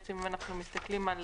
בעצם אם אנחנו מסתכלים על